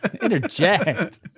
interject